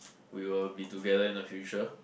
we will be together in a future